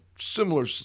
similar